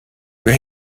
wer